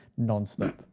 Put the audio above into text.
nonstop